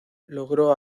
logró